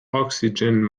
oxygen